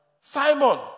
Simon